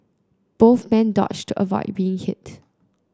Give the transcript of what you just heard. both men dodged avoid being hit